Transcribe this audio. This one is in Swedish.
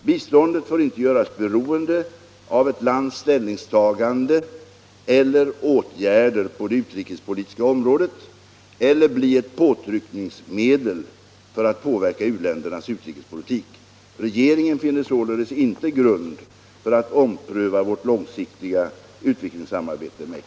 Biståndet får inte göras beroende av ett lands ställningstagande eller åtgärder på det utrikespolitiska området eller bli ett påtryckningsmedel för att påverka u-ländernas utrikespolitik. Regeringen finner således inte grund för att ompröva vårt långsiktiga utvecklingssamarbete med Cuba.